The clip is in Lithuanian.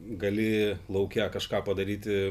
gali lauke kažką padaryti